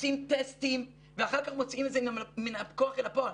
עושים טסטים ואחר כך מוציאים את זה גם מן הכוח אל הפועל.